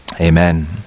Amen